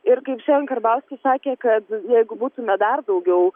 ir kaip šiandien karbauskis sakė kad jeigu būtume dar daugiau